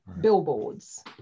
Billboards